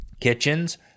kitchens